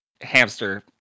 hamster